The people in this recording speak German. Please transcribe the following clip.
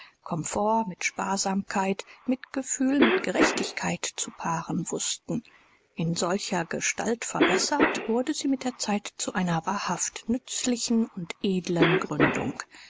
komfort mit sparsamkeit mitgefühl mit gerechtigkeit zu paaren wußten in solcher gestalt verbessert wurde sie mit der zeit zu einer wahrhaft nützlichen und edlen gründung